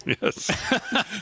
Yes